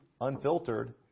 unfiltered